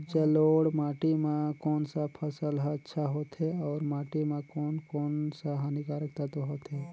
जलोढ़ माटी मां कोन सा फसल ह अच्छा होथे अउर माटी म कोन कोन स हानिकारक तत्व होथे?